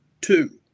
Two